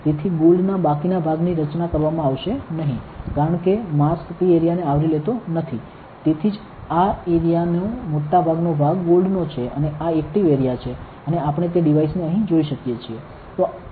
તેથી ગોલ્ડ ના બાકીના ભાગની રચના કરવામાં આવશે નહીં કારણ કે માસ્ક તે એરિયાને આવરી લેતો નથી તેથી જ આ એરિયાનો મોટાભાગનો ભાગ ગોલ્ડ નો છે અને આ ઍક્ટિવ એરિયા છે અને આપણે તે ડિવાઇસ ને અહીં જોઈ શકીએ છીએ